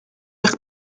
eich